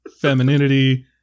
femininity